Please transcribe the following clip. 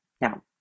Now